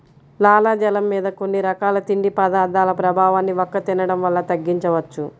లాలాజలం మీద కొన్ని రకాల తిండి పదార్థాల ప్రభావాన్ని వక్క తినడం వల్ల తగ్గించవచ్చు